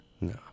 No